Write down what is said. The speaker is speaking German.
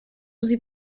sie